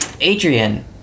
Adrian